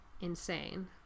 insane